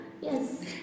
yes